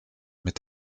mit